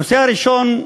הנושא הראשון,